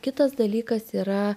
kitas dalykas yra